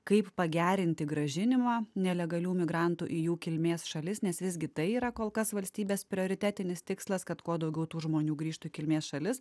kaip pagerinti grąžinimą nelegalių migrantų į jų kilmės šalis nes visgi tai yra kol kas valstybės prioritetinis tikslas kad kuo daugiau tų žmonių grįžtų į kilmės šalis